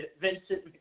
Vincent